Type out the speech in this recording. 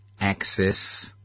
access